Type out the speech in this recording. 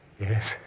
Yes